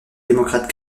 démocrate